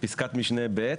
פסקת מבנה (ב),